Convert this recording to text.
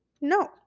no